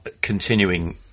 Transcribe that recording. continuing